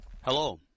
Hello